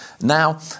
Now